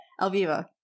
Alviva